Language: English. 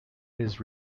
his